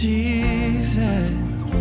Jesus